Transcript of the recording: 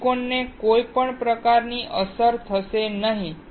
સિલિકોનને અસર થશે નહીં